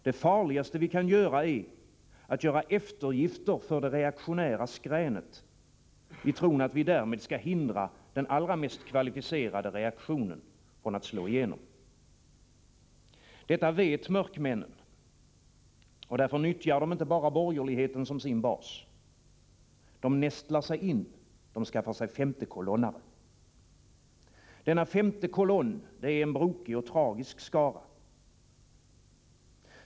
Det farligaste vi kan göra är att göra eftergifter för det reaktionära skränet, i tron att vi därmed kan hindra den allra mest kvalificerade reaktionen att slå igenom. Detta vet mörkmännen. Därför nyttjar de inte bara borgerligheten som sin bas. De nästlar sig in. De skaffar sig femtekolonnare. Denna femte kolonn är en brokig och tragisk skara.